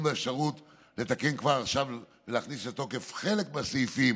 בימים הקרובים לדון באפשרות לתקן כבר עכשיו ולהכניס לתוקף חלק מהסעיפים